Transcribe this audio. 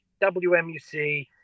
WMUC